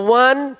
one